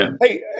hey